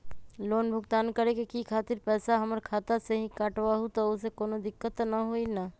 Loan भुगतान करे के खातिर पैसा हमर खाता में से ही काटबहु त ओसे कौनो दिक्कत त न होई न?